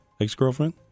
ex-girlfriend